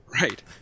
Right